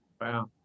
Wow